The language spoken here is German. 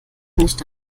nicht